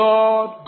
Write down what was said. Lord